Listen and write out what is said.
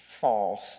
false